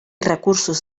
recursos